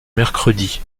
mercredi